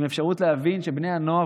עם אפשרות להבין שבני הנוער,